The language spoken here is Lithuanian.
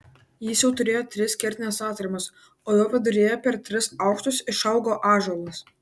jis jau turėjo tris kertines atramas o jo viduryje per tris aukštus išaugo ąžuolas